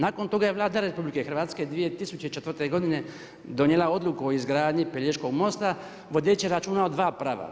Nakon toga je Vlada RH 2004. godine donijela odluku o izgradnji Pelješkog mosta vodeći računa o dva prava.